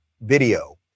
video